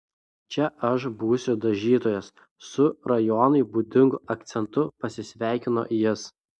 čia aš būsiu dažytojas su rajonui būdingu akcentu pasisveikino jis